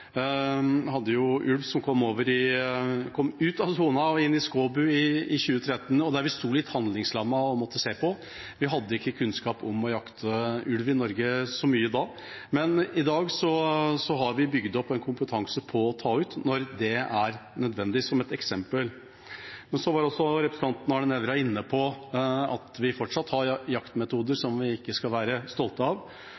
ulv som kom ut av sonen og inn i Skåbu i 2013, og vi sto litt handlingslammede og så på. Vi hadde ikke så mye kunnskap om å jakte ulv i Norge da, men i dag har vi bygd opp en kompetanse på å ta ut ulv når det er nødvendig – som et eksempel. Representanten Arne Nævra var inne på at vi fortsatt har jaktmetoder